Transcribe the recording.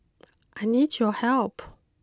I need your help